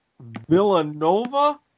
Villanova